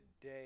day